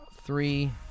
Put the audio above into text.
three